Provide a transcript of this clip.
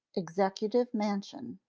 executive mansion,